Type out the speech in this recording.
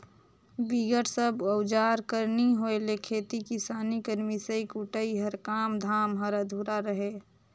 बिगर सब अउजार कर नी होए ले खेती किसानी कर मिसई कुटई कर काम धाम हर अधुरा रहें